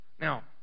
Now